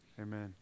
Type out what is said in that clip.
Amen